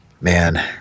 Man